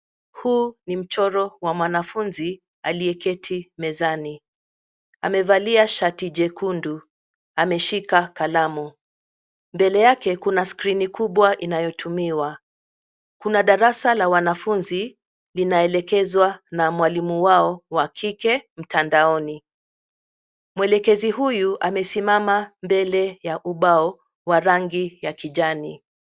Huu ni mchoro wa mwanafunzi aliyeketi mezani. Amevalia shati jekundu, ameshika kalamu. Mbele yake kuna skrini kubwa inayotumiwa. Kuna darasa la wanafunzi linaelekezwa na mwalimu wao wa kike mtandaoni. Mwelekezi huyu amesimama mbele ya ubao wa rangi ya kijani.